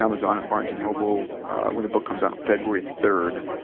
amazon and barnes and noble when the book comes out on february third.